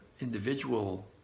individual